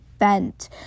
event